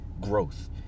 growth